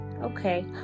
Okay